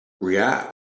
react